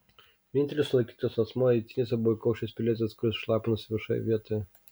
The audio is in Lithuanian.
vienintelis sulaikytas asmuo eitynėse buvo įkaušęs pilietis kuris šlapinosi viešoje vietoje